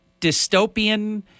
dystopian